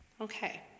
okay